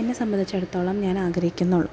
എന്നെ സംബന്ധിച്ചിടത്തോളം ഞാൻ ആഗ്രഹിക്കുന്നുള്ളു